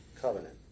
covenant